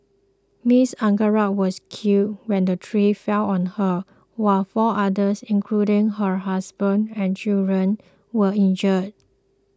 Miss Angara was killed when the tree fell on her while four others including her husband and children were injured